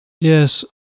Yes